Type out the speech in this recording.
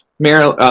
marilyn?